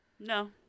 No